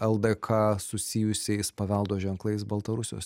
ldk susijusiais paveldo ženklais baltarusijos